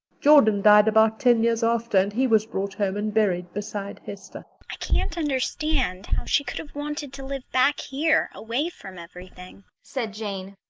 jordan died about ten years after and he was brought home and buried beside hester. i can't understand how she could have wanted to live back here, away from everything, said jane.